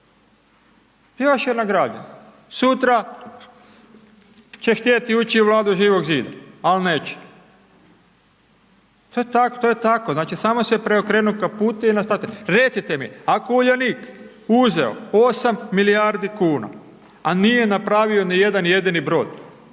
Još je nagrađen. Sutra će htjeti ući u Vladu Živog zida. Ali neće. To je tako. Znači samo se preokrenu kaputi i nastavi. Recite mi, ako je Uljanik uzeo 8 milijardi kuna, a nije napravio nijedan jedini brod,